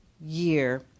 year